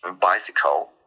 bicycle